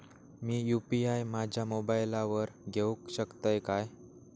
मी UPI माझ्या मोबाईलावर घेवक शकतय काय?